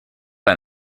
ein